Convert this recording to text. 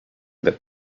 that